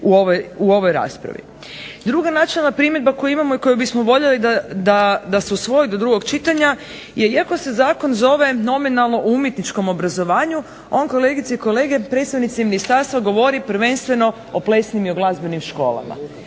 Druga načelna primjedba koju imamo i koju bismo voljeli da se usvoji do drugog čitanja je iako se zakon zove nominalno o umjetničkom obrazovanju, on kolegice i kolege, predstavnici ministarstva govori prvenstveno o plesnim i o glazbenim školama.